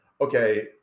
okay